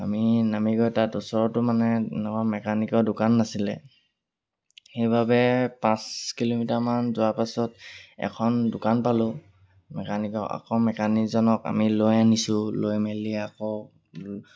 আমি নামি গৈ এটা ওচৰতো মানে এনেকুৱা মেকানিকৰ দোকান নাছিলে সেইবাবে পাঁচ কিলোমিটাৰমান যোৱাৰ পাছত এখন দোকান পালোঁ মেকানিকৰ আকৌ মেকানিকজনক আমি লৈ আনিছোঁ লৈ মেলি আকৌ লৈ